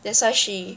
that's why she